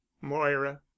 Moira